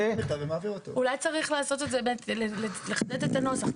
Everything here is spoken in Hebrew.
אולי צריך לחדד את הנוסח.